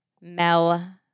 Mel